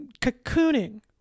cocooning